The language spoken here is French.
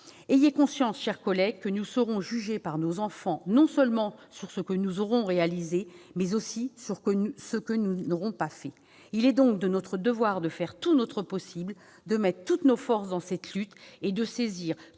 Ayez conscience, chers collèges, que nous serons jugés par nos enfants, non seulement sur ce que nous aurons réalisé, mais aussi sur ce que nous n'aurons pas fait ! Il est donc de notre devoir de faire tout notre possible, de mettre toutes nos forces dans cette lutte et de saisir